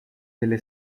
delle